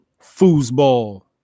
foosball